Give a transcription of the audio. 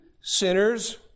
sinners